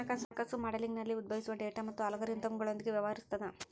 ಹಣಕಾಸು ಮಾಡೆಲಿಂಗ್ನಲ್ಲಿ ಉದ್ಭವಿಸುವ ಡೇಟಾ ಮತ್ತು ಅಲ್ಗಾರಿದಮ್ಗಳೊಂದಿಗೆ ವ್ಯವಹರಿಸುತದ